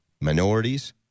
minorities